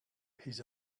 his